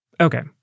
Okay